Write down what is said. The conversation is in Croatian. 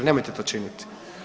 Nemojte to činiti.